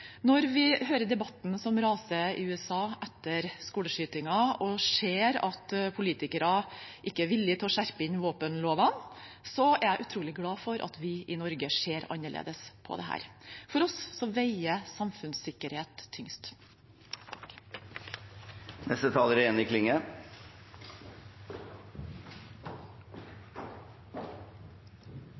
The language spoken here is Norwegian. Når vi hører debatten som raser i USA etter skoleskyting og ser at politikere ikke er villige til å skjerpe inn våpenlovene, er jeg utrolig glad for at vi i Norge ser annerledes på dette. For oss veier samfunnssikkerhet tyngst. Jeger- og skyttarmiljøet her til lands er